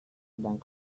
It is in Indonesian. sedang